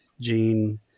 Gene